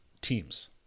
teams